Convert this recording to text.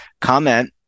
comment